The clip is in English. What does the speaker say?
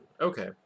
okay